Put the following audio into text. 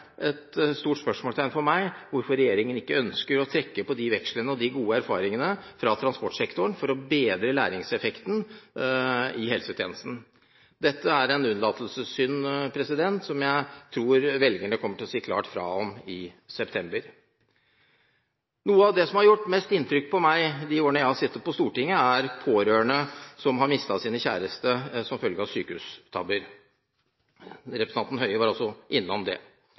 et stort spørsmål for meg hvorfor ikke regjeringen ønsker å trekke på de vekslene og de gode erfaringene fra transportsektoren for å bedre læringseffekten i helsetjenesten. Dette er en unnlatelsessynd som jeg tror velgerne kommer til å si klart fra om i september. Noe av det som har gjort mest inntrykk på meg i de årene jeg har sittet på Stortinget, er pårørende som har mistet sin kjæreste som følge av sykehustabber. Representanten Høie var også innom det.